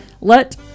Let